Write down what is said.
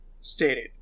stated